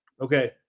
Okay